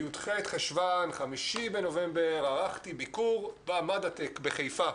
בי"ח חשון, 5 בנובמבר, ערכתי ביקור במדעטק בחיפה,